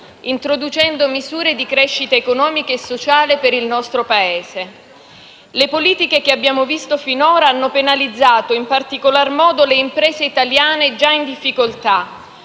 introducendo misure di crescita economica e sociale per il nostro Paese. Le politiche che abbiamo visto finora hanno penalizzato in particolar modo le imprese italiane già in difficoltà,